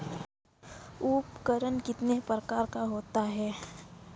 उर्वरक कितने प्रकार का होता है?